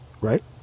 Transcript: right